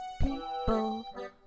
people